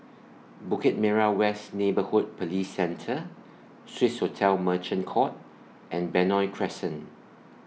Bukit Merah West Neighbourhood Police Centre Swissotel Merchant Court and Benoi Crescent